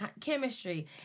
chemistry